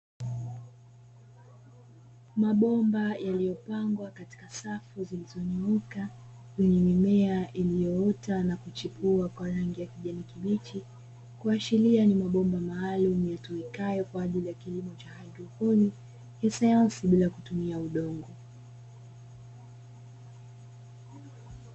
Mabomba yaliyopangwa katika safu zilizonyoka kwenye mimea iliyoota na kuchipua kwa rangi ya kijani kibichi, kuashiria ni mabomba maalumu yatumikayo kwa ajili ya kilimo cha haidroponi ya sayansi bila kutumia udongo.